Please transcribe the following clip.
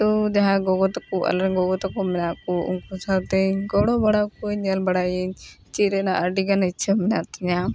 ᱛᱚ ᱡᱟᱦᱟᱸ ᱜᱚᱜᱚ ᱛᱟᱠᱚ ᱟᱞᱮᱨᱮᱱ ᱜᱚᱜᱚ ᱛᱟᱠᱚ ᱢᱮᱱᱟᱜ ᱠᱚ ᱩᱱᱠᱩ ᱥᱟᱶᱛᱮᱧ ᱜᱚᱲᱚ ᱵᱟᱲᱟ ᱟᱠᱚᱣᱟᱹᱧ ᱧᱮᱞ ᱵᱟᱲᱟᱭᱟᱹᱧ ᱪᱮᱫ ᱨᱮᱱᱟᱜ ᱟᱹᱰᱤ ᱜᱟᱱ ᱤᱪᱷᱟᱹ ᱢᱮᱱᱟᱜ ᱛᱤᱧᱟᱹ